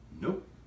Nope